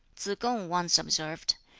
tsz-kung once observed,